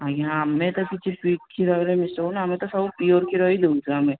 ଆଜ୍ଞା ଆମେ ତ କିଛି କ୍ଷୀରରେ ମିଶଉନୁ ଆମେ ତ ସବୁ ପ୍ୟୋର୍ କ୍ଷୀର ହି ଦେଉଛୁ ଆମେ